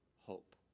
Hope